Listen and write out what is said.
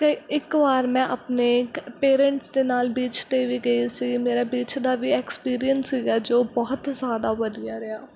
ਅਤੇ ਇੱਕ ਵਾਰ ਮੈਂ ਆਪਣੇ ਕ ਪੇਰੈਂਟਸ ਦੇ ਨਾਲ ਬੀਚ 'ਤੇ ਵੀ ਗਈ ਸੀ ਮੇਰਾ ਬੀਚ ਦਾ ਵੀ ਐਕਸਪੀਰੀਅਸ ਸੀਗਾ ਜੋ ਬਹੁਤ ਜ਼ਿਆਦਾ ਵਧੀਆ ਰਿਹਾ